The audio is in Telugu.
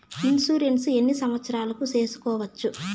ఇన్సూరెన్సు ఎన్ని సంవత్సరాలకు సేసుకోవచ్చు?